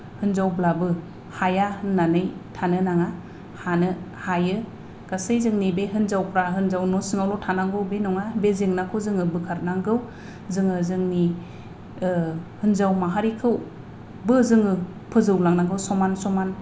होनजावब्लाबो हाया होननानै थानो नाङा हानो हायो गासै जोंनि बे हिनजावफ्रा हिनजाव न' सिङावल' थानांगौ बे नङा बे जेंनाखौ जोङो बोखारनांगौ जोङो जोंनि हिनजाव माहारिखौबो जोङो फोजौलांनांगौ समान समान